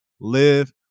live